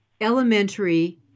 Elementary